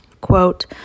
quote